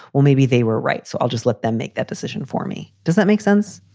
well, maybe they were right. so i'll just let them make that decision for me. does that make sense?